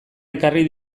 ekarri